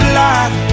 life